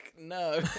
no